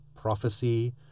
Prophecy